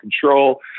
control